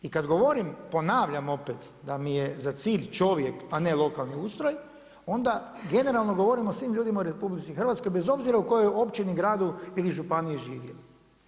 I kad govorim, ponavljam opet, da mi je za cilj čovjek a ne lokalni ustroj, onda generalno govorim o svim ljudima u RH bez obzira u kojoj općini, gradu ili županiji živjeli.